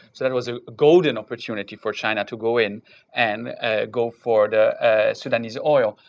so that was a golden opportunity for china to go in and go for the sudanese oil.